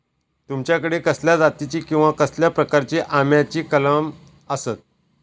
तुमच्याकडे कसल्या जातीची किवा कसल्या प्रकाराची आम्याची कलमा आसत?